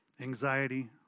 anxiety